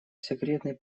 секретный